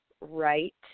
right